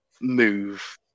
move